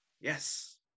Yes